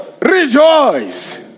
rejoice